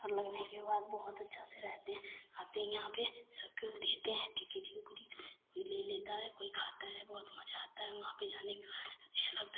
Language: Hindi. और लगने के बाद बहुत अच्छा से रहते हैं आते हैं यहाँ पर सब को देते हैं टिकरी उकरी कोई ले लेता है कोई खाता है बहुत मज़ा आता है वहाँ पर जाने के अच्छा लगता है